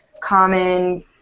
common